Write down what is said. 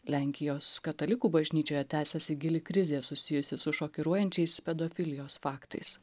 lenkijos katalikų bažnyčioje tęsiasi gili krizė susijusi su šokiruojančiais pedofilijos faktais